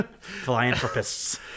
Philanthropists